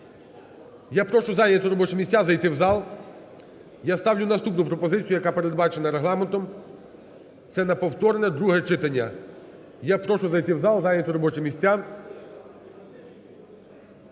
Я прошу зайняти робочі місця, зайти в зал. Я ставлю наступну пропозицію, яка передбачена регламентом, це на повторне друге читання. Я прошу зайти в зал, зайняти робочі місця.